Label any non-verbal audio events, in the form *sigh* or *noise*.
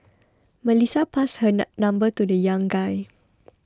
Melissa passed her *unintelligible* number to the young guy